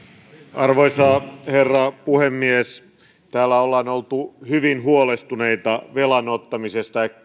arvoisa herra puhemies täällä ollaan oltu hyvin huolestuneita velan ottamisesta ja